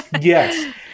Yes